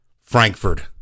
Frankfurt